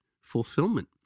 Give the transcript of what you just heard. fulfillment